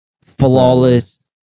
flawless